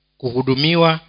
kuhudumiwa